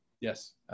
yes